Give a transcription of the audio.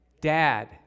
Dad